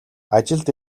ажилд